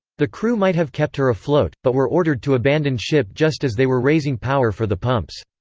the crew might have kept her afloat, but were ordered to abandon ship just as they were raising power for the pumps.